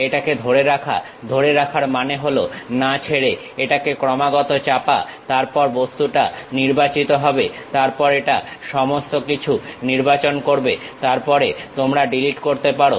এটাকে ধরে রাখা ধরে রাখার মানে হল না ছেড়ে এটাকে ক্রমাগত চাপা তারপরে বস্তুটা নির্বাচিত হবে তারপর এটা সমস্ত কিছু নির্বাচন করবে তারপরে তোমরা ডিলিট করতে পারো